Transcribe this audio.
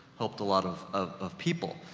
helped a lot of, of of people.